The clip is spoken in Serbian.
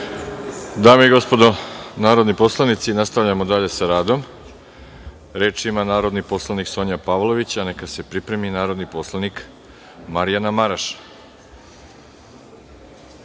Dame i gospodo narodni poslanici, nastavljamo dalje sa radom. Reč ima narodni poslanik Sonja Pavlović, a neka se pripremi narodni poslanik Marjana Maraš. Sonja